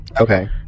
Okay